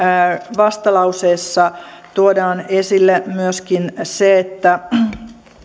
vastalauseessa tuodaan esille myöskin se että